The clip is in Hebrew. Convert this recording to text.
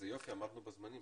אני נועל את הישיבה.